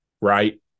right